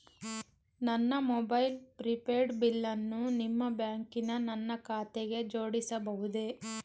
ನನ್ನ mobile prepaid ಬಿಲ್ಲನ್ನು ನಿಮ್ಮ ಬ್ಯಾಂಕಿನ ನನ್ನ ಖಾತೆಗೆ ಜೋಡಿಸಬಹುದೇ?